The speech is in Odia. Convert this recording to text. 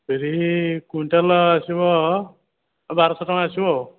ବିରି କ୍ଵିଣ୍ଟାଲ୍ ଆସିବ ବାରଶହ ଟଙ୍କା ଆସିବ ଆଉ